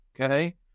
Okay